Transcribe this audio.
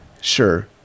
Sure